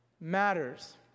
matters